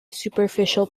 superficial